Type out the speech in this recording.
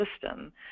system